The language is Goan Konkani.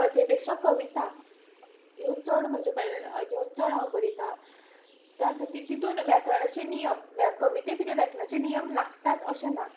कथे पेक्षा कविता ह्यो चड म्हज्या कडल्यान ह्यो चड हांव बरयतां त्या खातीर तितून व्याकरणाचें नियम कविते भितर व्याकरणाचे नियम लागतात अशें ना